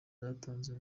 yatanze